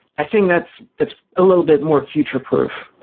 i think that's that's a little bit more future proof.